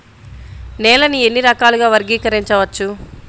నేలని ఎన్ని రకాలుగా వర్గీకరించవచ్చు?